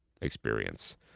experience